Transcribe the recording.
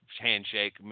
handshake